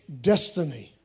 Destiny